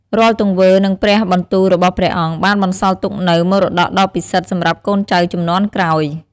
រាល់ទង្វើ និងព្រះបន្ទូលរបស់ព្រះអង្គបានបន្សល់ទុកនូវមរតកដ៏ពិសិដ្ឋសម្រាប់កូនចៅជំនាន់ក្រោយ។